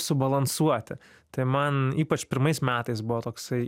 subalansuoti tai man ypač pirmais metais buvo toksai